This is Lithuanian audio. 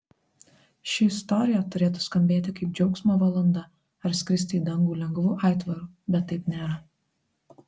ši istorija turėtų skambėti kaip džiaugsmo valanda ar skristi į dangų lengvu aitvaru bet taip nėra